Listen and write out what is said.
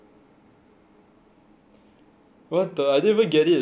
what the I didn't even get it yet because I'm not doing one yet